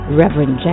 Reverend